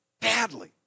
badly